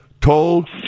told